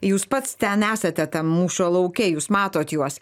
jūs pats ten esate tam mūšio lauke jūs matot juos